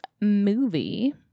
movie